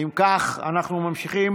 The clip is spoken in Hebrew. אם כך, אנחנו ממשיכים